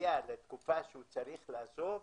שמגיע לתקופה שהוא צריך לעזוב,